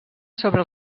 sobre